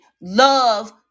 love